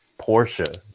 Porsche